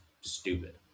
stupid